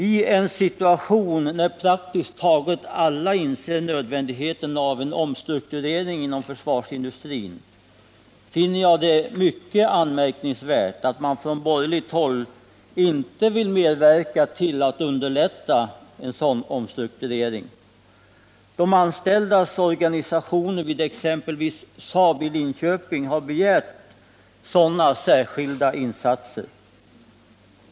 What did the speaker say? I en situation när praktiskt taget alla inser nödvändigheten av en omstrukturering inom försvarsindustrin finner jag det mycket anmärkningsvärt att man från borgerligt håll inte vill medverka till att underlätta en sådan omstrukturering. De anställdas organisationer vid exempelvis Saab i Linköping har begärt sådana särskilda insatser.